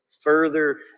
further